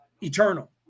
eternal